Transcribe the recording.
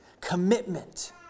commitment